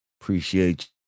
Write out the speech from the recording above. appreciate